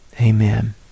amen